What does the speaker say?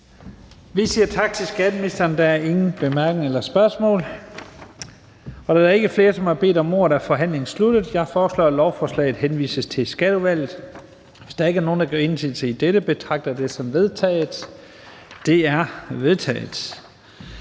Vi siger tak til skatteministeren. Der er ingen korte bemærkninger eller spørgsmål. Da der ikke er flere, som har bedt om ordet, er forhandlingen sluttet. Jeg foreslår, at lovforslaget henvises til Skatteudvalget. Hvis der ikke er nogen, der gør indsigelse, betragter jeg det som vedtaget. Det er vedtaget.